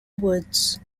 woods